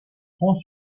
grands